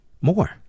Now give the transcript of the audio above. More